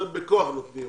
זה בכוח נותנים,